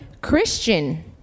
Christian